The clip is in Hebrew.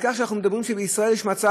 אנחנו מדברים על כך שבישראל יש מצב